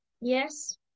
Yes